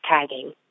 tagging